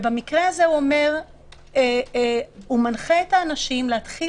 במקרה הזה הוא מנחה את האנשים להתחיל